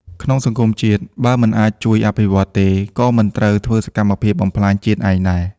ក្នុងសង្គមជាតិ បើមិនអាចជួយអភិវឌ្ឍទេ ក៏មិនត្រូវធ្វើសកម្មភាពបំផ្លាញជាតិឯងដែរ។